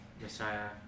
Messiah